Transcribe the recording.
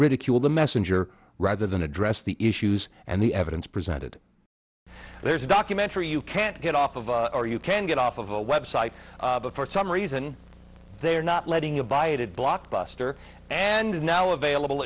ridicule the messenger rather than address the issues and the evidence presented there's a documentary you can't get off of or you can get off of a website but for some reason they are not letting a bided blockbuster and now available